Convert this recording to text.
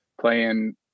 playing